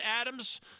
Adams